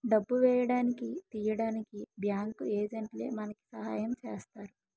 డబ్బు వేయడానికి తీయడానికి బ్యాంకు ఏజెంట్లే మనకి సాయం చేస్తారు